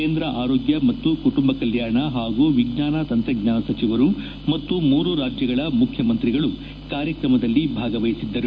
ಕೇಂದ್ರ ಆರೋಗ್ಯ ಮತ್ತು ಕುಟುಂಬ ಕಲ್ಲಾಣ ಹಾಗೂ ವಿಜ್ವಾನ ತಂತ್ರಜ್ವಾನ ಸಚಿವರು ಮತ್ತು ಮೂರೂ ರಾಜ್ಯಗಳ ಮುಖ್ಯಮಂತ್ರಿಗಳು ಕಾರ್ಯಕ್ರಮದಲ್ಲಿ ಭಾಗವಹಿಸಿದ್ದರು